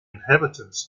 inhabitants